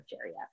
area